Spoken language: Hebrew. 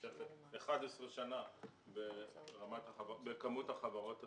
נמשכת 11 שנה בכמות החברות הציבוריות.